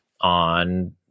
on